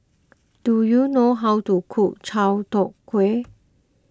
do you know how to cook Chai Tow Kuay